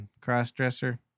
cross-dresser